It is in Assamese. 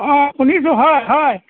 অঁ শুনিছোঁ হয় হয়